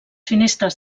finestres